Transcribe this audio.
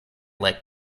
let